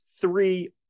three